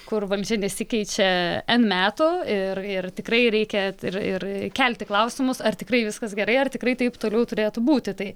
kur valdžia nesikeičia n metų ir ir tikrai reikia ir ir kelti klausimus ar tikrai viskas gerai ar tikrai taip toliau turėtų būti tai